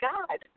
God